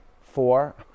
four